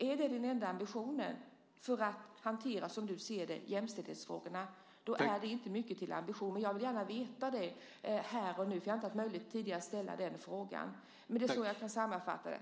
Är det den enda ambitionen, som du ser det, för att hantera jämställdhetsfrågorna? Då är det inte mycket till ambition. Men jag vill gärna veta det här och nu, för jag har inte haft möjlighet att ställa den frågan tidigare. Men det är så jag kan sammanfatta det.